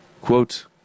Quote